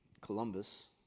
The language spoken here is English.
Columbus